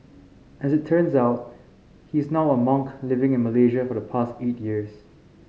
as it turns out he is now a monk living in Malaysia for the past eight years